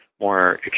more